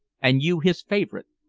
and you his favorite,